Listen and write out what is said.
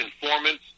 informants